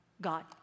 God